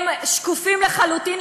הם שקופים לחלוטין.